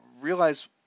realize